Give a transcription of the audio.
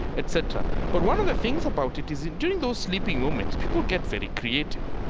et cetera. but one of the things about it is during those sleeping moments people get very creative